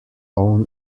own